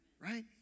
right